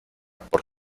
por